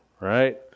right